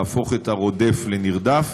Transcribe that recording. להפוך את הרודף לנרדף,